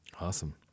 awesome